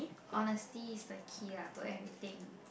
honesty is the key lah to everything